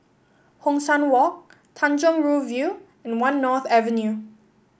Hong San Walk Tanjong Rhu View and One North Avenue